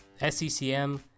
SCCM